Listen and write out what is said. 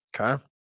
Okay